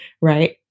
right